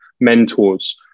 mentors